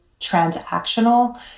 transactional